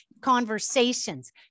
conversations